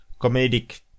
comedic